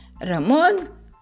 Ramon